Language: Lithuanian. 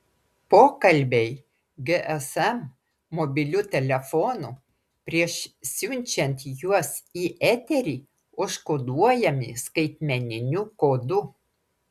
pokalbiai gsm mobiliu telefonu prieš siunčiant juos į eterį užkoduojami skaitmeniniu kodu